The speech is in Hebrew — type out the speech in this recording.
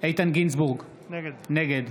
איתן גינזבורג, נגד